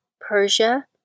Persia